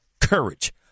courage